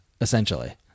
essentially